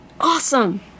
Awesome